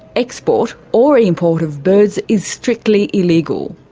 export or import of birds is strictly illegal.